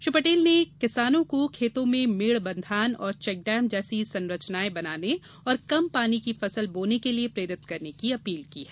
श्री पटेल ने किसानों को खेतों में मेड़ बँधान और चेकडेम जैसी संरचनाएँ बनाने तथा कम पानी की फसल बोने के लिये प्रेरित करने की अपील की है